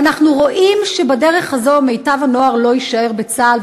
ואנחנו רואים שבדרך הזאת מיטב הנוער לא יישאר בצה"ל.